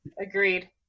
Agreed